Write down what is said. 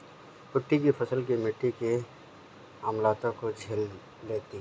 कुट्टू की फसल मिट्टी की अम्लता को झेल लेती है